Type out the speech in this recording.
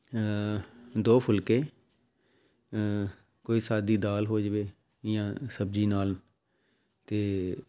ਦੋ ਫੁਲਕੇ ਕੋਈ ਸਾਦੀ ਦਾਲ ਹੋ ਜਾਵੇ ਜਾਂ ਸਬਜ਼ੀ ਨਾਲ ਅਤੇ